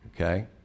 okay